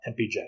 MPJ